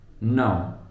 no